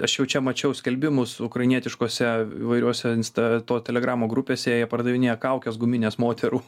aš jau čia mačiau skelbimus ukrainietiškose įvairiose insta to telegramo grupėse jie pardavinėja kaukes gumines moterų